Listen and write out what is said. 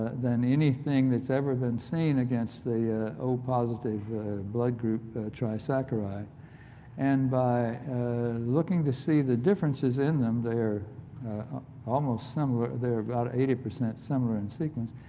than anything that's ever been seen against the o-positive blood group the tri saccharide and by looking to see the differences in them, they're almost similar, they're about eighty percent similar in sequence.